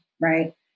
Right